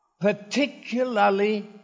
particularly